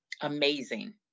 Amazing